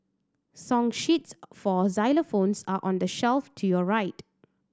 song sheets for xylophones are on the shelf to your right